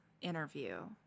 interview